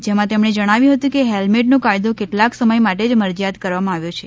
જેમા તેમણે જણાવ્યુ હતું કે હેલ્મેટનો કાયદો કેટલાક સમય માટે જ મરજીયાત કરવામાં આવ્યો છે